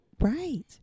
Right